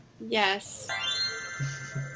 Yes